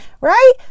right